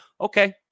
okay